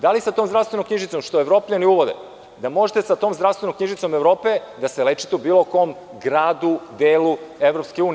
Da li sa tom zdravstvenom knjižicom što Evropljani uvode možete sa tom zdravstvenom knjižicom Evrope da se lečite u bilo kom gradu, delu EU?